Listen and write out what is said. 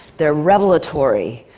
they're revelatory.